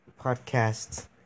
podcasts